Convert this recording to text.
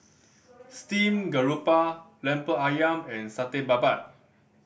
steamed garoupa Lemper Ayam and Satay Babat